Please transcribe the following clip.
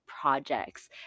projects